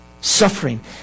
suffering